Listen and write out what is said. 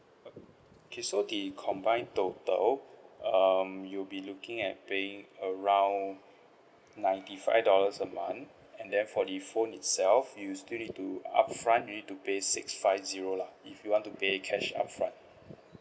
okay so the combine total um you'll be looking at paying around ninety five dollars a month and then for the phone itself you'll still need to upfront it to pay six five zero lah if you want to pay cash upfront